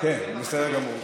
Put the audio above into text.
כן, בסדר גמור.